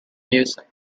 music